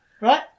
Right